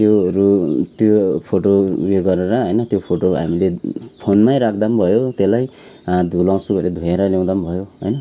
त्योहरू त्यो फोटो उयो गरेर होइन त्यो फोटो हामीले फोनमै राख्दा पनि भयो त्यसलाई धुलाउछु भनेर धुएर ल्याउँदा पनि भयो होइन